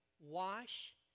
wash